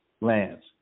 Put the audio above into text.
lands